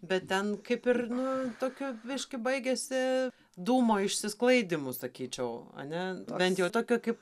bet ten kaip ir nu tokiu biškį baigiasi dūmo išsisklaidymu sakyčiau ane bent jau tokio kaip